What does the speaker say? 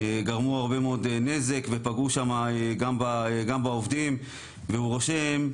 גרמו הרבה מאוד נזק ופגעו שמה גם בעובדים והוא רושם,